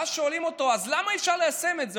ואז שואלים אותו: אז למה אי-אפשר ליישם את זה?